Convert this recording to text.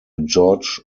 george